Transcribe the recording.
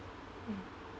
mm